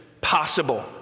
possible